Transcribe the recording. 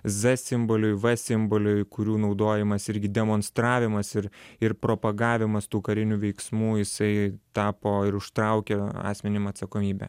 z simboliui v simboliui kurių naudojimas irgi demonstravimas ir ir propagavimas tų karinių veiksmų jisai tapo ir užtraukia asmenim atsakomybę